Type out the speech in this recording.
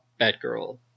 Batgirl